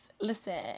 listen